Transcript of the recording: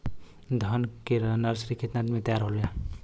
धान के नर्सरी कितना दिन में तैयार होई?